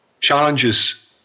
challenges